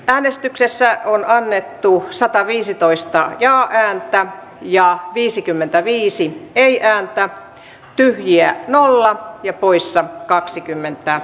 äänestyksessä on annettu h sataviisitoista ja heiltä ja viisikymmentäviisi peliään ja tyhjiä nolla jo menettelytapa hyväksyttiin